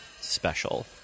Special